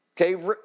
Okay